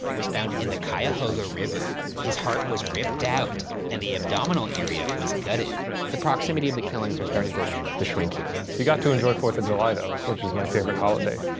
was found in the cuyahoga river. his heart was ripped out and the abdominal area was gutted. the proximity of the killings are starting to to shrink here. he got to enjoy fourth of july though, which is my favorite holiday.